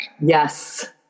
Yes